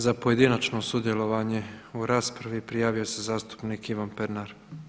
Za pojedinačno sudjelovanje u raspravi prijavio se zastupnik Ivan Pernar.